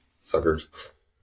Suckers